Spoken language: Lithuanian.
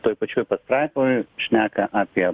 toj pačioj pastraipoj šneka apie